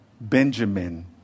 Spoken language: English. Benjamin